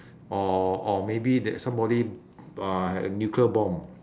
or or maybe that somebody uh had a nuclear bomb